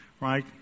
Right